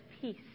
peace